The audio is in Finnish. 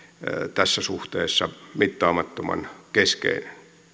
tässä suhteessa mittaamattoman keskeinen